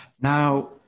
Now